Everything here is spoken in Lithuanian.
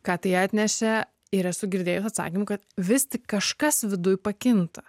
ką tai atnešė ir esu girdėjus atsakymų kad vis tik kažkas viduj pakinta